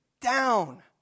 down